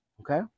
Okay